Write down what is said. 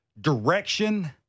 direction